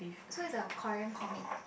so is a Korean comic